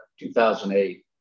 2008